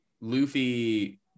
Luffy